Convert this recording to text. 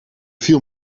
viel